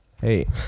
Hey